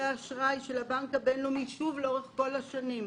האשראי של הבנק הבינלאומי לאורך כל השנים.